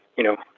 you know,